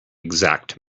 exact